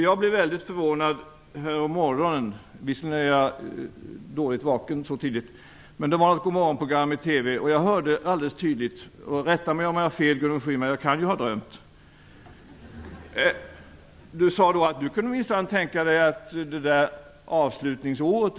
Jag blev väldigt förvånad en morgon - visserligen är jag inte riktigt vaken så tidigt - då jag såg ett morgonprogram i TV. Jag hörde alldeles tydligt - rätta mig om jag har fel, Gudrun Schyman, jag kan ju ha drömt - att Gudrun Schyman sade att hon minsann kunde tänka sig att man kunde skjuta på avslutningsåret.